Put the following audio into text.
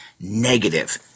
negative